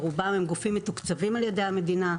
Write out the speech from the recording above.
ברובם הם גופים שמתוקצבים על ידי המדינה,